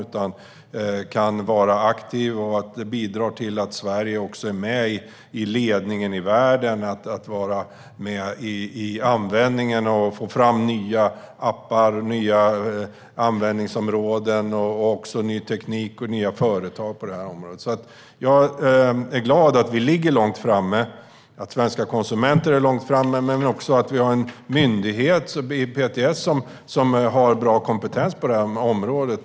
Man kan vara aktiv, och det bidrar till att Sverige också är med i världstoppen när det gäller att ta fram nya appar, nya användningsområden och ny teknik. Det skapas också nya företag på området. Jag är glad över att vi ligger långt framme och att svenska konsumenter ligger långt framme. Jag är också glad över att vi har en myndighet med bra kompetens på området.